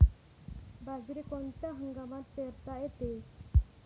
बाजरी कोणत्या हंगामात पेरता येते?